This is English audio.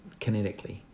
kinetically